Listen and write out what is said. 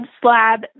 slab